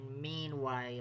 meanwhile